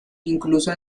incluso